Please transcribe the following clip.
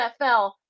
NFL